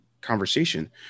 conversation